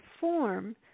form